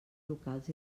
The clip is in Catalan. locals